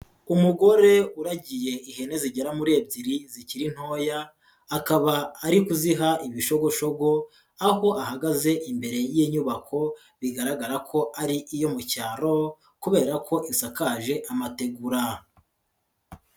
Umugore uragiye ihene zigera muri ebyiri zikiri ntoya, akaba ari kuziha ibishogoshogo, aho ahagaze imbere y'inyubako bigaragara ko ari iyo mu cyaro kubera ko isakaje amategura.